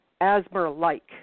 asthma-like